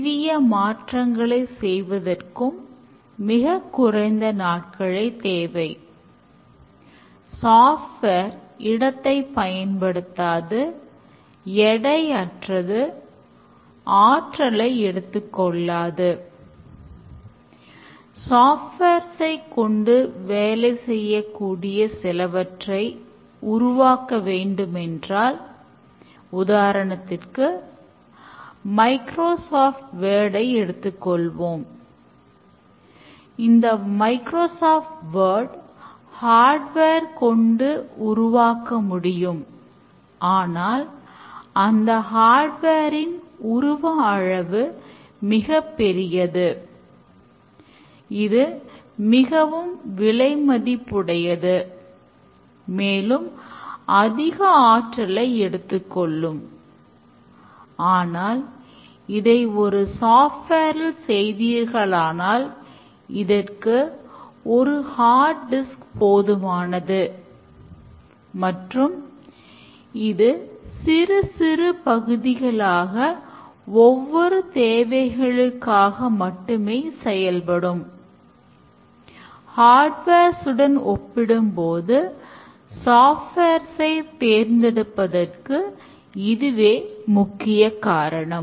softwares ஐ தேர்ந்தெடுப்பதற்கு இதுவே முக்கிய காரணம்